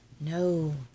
No